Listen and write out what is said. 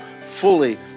fully